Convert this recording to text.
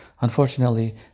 Unfortunately